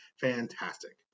Fantastic